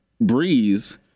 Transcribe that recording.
Breeze